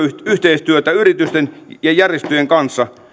yhteistyötä yritysten ja järjestöjen kanssa